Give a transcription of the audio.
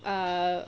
err